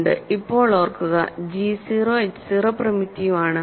ഇപ്പോൾ ഓർക്കുക g 0 h 0 primitive ആണ്